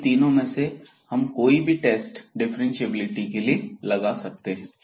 इन तीनों में से हम कोई भी टेस्ट डिफ्रेंशिएबिलिटी के लिए लगा सकते हैं